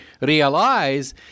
realize